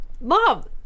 mom